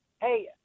Hey